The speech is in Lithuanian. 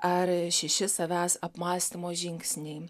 ar šeši savęs apmąstymo žingsniai